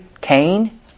Cain